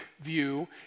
view